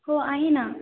हो आहे ना